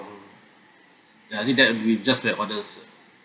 ya I think that would be just that orders